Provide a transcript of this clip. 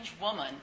woman